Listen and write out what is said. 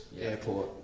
Airport